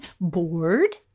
bored